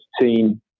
team